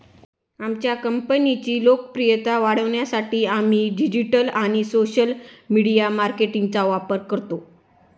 आमच्या कंपनीची लोकप्रियता वाढवण्यासाठी आम्ही डिजिटल आणि सोशल मीडिया मार्केटिंगचा वापर करतो